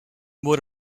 more